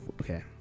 okay